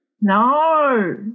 No